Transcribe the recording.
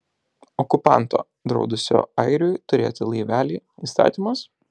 okupanto draudusio airiui turėti laivelį įstatymas